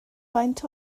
faint